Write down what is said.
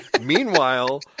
Meanwhile